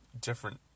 different